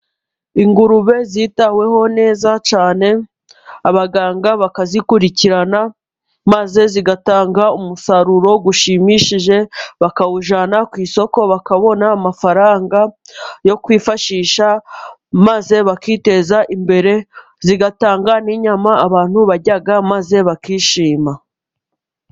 Ingurube zitaweho neza cyane abaganga bakazikurikirana, maze zigatanga umusaruro ushimishije ,bakawujyana ku isoko bakabona amafaranga yo kwifashisha ,maze bakiteza imbere, zigatanga n'inyama abantu barya, maze bakishima.